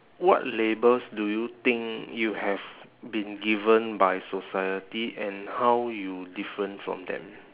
what labels do you think you have been given by society and how you different from them